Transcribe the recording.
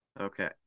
Okay